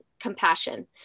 compassion